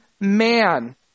man